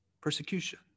persecution